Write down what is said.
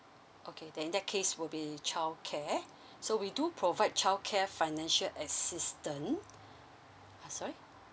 okay in that case would be childcare so we do provide childcare financial assistant ah sorry